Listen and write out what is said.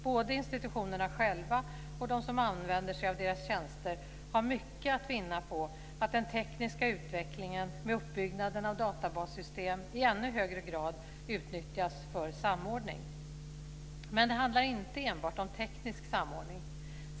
Både institutionerna själva och de som använder sig av deras tjänster har mycket att vinna på att den tekniska utvecklingen med uppbyggnad av databassystem i ännu högre grad utnyttjas för samordning. Men det handlar inte enbart om teknisk samordning.